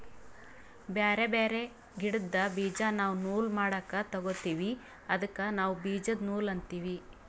ಬ್ಯಾರೆ ಬ್ಯಾರೆ ಗಿಡ್ದ್ ಬೀಜಾ ನಾವ್ ನೂಲ್ ಮಾಡಕ್ ತೊಗೋತೀವಿ ಅದಕ್ಕ ನಾವ್ ಬೀಜದ ನೂಲ್ ಅಂತೀವಿ